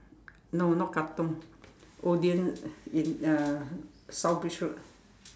no not Katong Odean in uh South bridge road